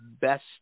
best